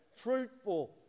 truthful